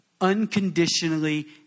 Unconditionally